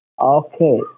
Okay